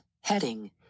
heading